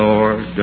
Lord